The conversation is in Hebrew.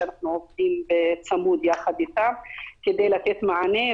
שאנחנו עובדים בצמוד יחד איתם כדי לתת מענה,